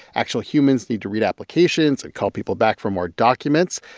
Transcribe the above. actual humans need to read applications and call people back for more documents.